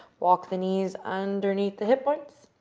walk the knees underneath the hip points,